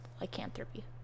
lycanthropy